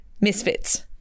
Misfits